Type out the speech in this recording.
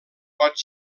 pot